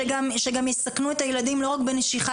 שגם יסכנו את הילדים לא רק בנשיכה,